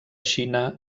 xina